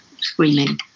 screaming